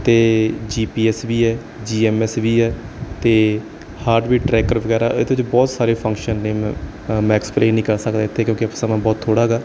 ਅਤੇ G P S ਵੀ ਹੈ ਜੀ ਐਮ ਐਸ ਵੀ ਹੈ ਅਤੇ ਹਾਰਟ ਬੀਟ ਟਰੈਕਰ ਵਗੈਰਾ ਇਹਦੇ 'ਚ ਬਹੁਤ ਸਾਰੇ ਫੰਕਸ਼ਨ ਨੇ ਮੈਂ ਅ ਮੈਂ ਐਕਸਪਲੇਨ ਨਹੀਂ ਕਰ ਸਕਦਾ ਇੱਥੇ ਕਿਉਂਕਿ ਸਮਾਂ ਬਹੁਤ ਥੋੜ੍ਹਾ ਗਾ